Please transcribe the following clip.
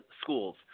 schools